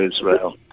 Israel